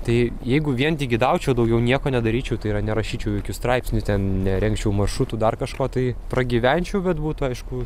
tai jeigu vien tik gidaučiau daugiau nieko nedaryčiau tai yra nerašyčiau jokių straipsnių ten nerengčiau maršrutų dar kažko tai pragyvenčiau kad būtų aišku